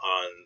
on